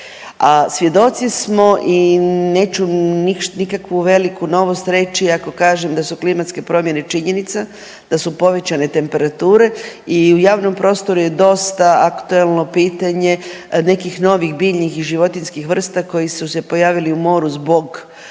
a svjedoci smo i neću nikakvu veliku novost reći ako kažem da su klimatske promjene činjenica, da su povećane temperature i u javnom prostoru je dosta aktuelno pitanje nekih novih biljnih i životinjskih vrsta koje su se pojavili u moru zbog